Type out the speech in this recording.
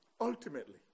ultimately